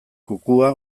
kukua